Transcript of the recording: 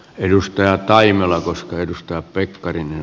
edustajat taimilla koska edustaa lähtien